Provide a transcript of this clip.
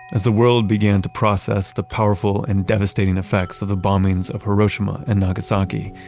as the world began to process the powerful and devastating effects of the bombings of hiroshima and nagasaki,